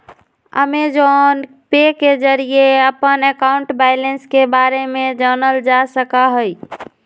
Amazon Pay के जरिए अपन अकाउंट बैलेंस के बारे में जानल जा सका हई